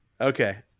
Okay